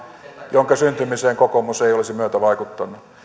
jonka syntymiseen kokoomus ei olisi myötävaikuttanut